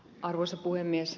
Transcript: arvoisa puhemies